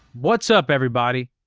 what's up everybody?